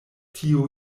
tio